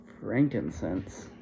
Frankincense